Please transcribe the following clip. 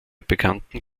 bekannten